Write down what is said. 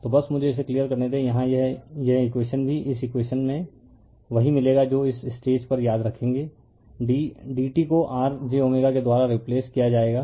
तो बस मुझे इसे क्लियर करने दें यहां यह है यह इकवेशन भी इस इकवेशन में वही मिलेगा जो इस स्टेज पर याद रखेगा ddt को r jω के द्वारा रिप्लेस किया जाएगा